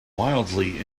wildly